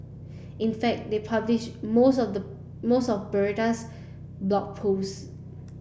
in fact they publish most of the most of Bertha's Blog Posts